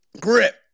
Grip